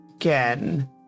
again